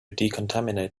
decontaminate